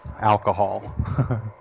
alcohol